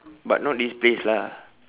but not this place lah